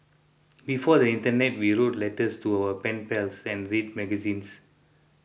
before the internet we wrote letters to our pen pals send read magazines